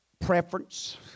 Preference